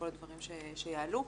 הדברים שיעלו.